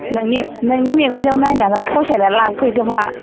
नोंनि नोंनि मेगनजों नायनानै फसायनानै लांफैदो मा